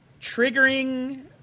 triggering